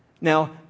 Now